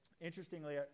Interestingly